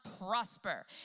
prosper